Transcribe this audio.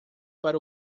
para